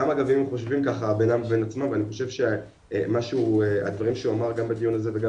גם אם הם חושבים ככה ואני חושב שהדברים שהוא אמר גם בדיון הזה וגם